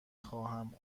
خواهم